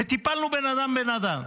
טיפלנו בן אדם בן אדם,